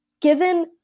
given